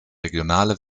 regionale